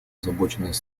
озабоченность